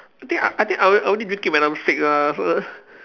I think I I think I will I will only drink it when I'm sick lah so